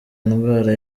indwara